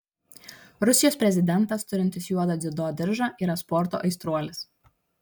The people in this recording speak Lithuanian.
rusijos prezidentas turintis juodą dziudo diržą yra sporto aistruolis